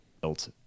built